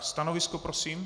Stanovisko prosím.